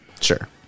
Sure